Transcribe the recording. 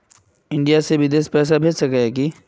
India से बिदेश पैसा भेज सके है की?